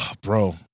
bro